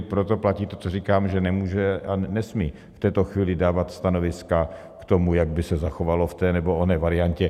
Proto platí to, co říkám, že nemůže a nesmí v této chvíli dávat stanoviska k tomu, jak by se zachovalo v té nebo oné variantě.